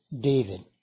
David